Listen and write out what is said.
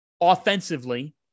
Offensively